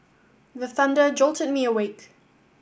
the thunder jolt me awake